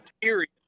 period